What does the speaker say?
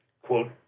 Quote